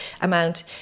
amount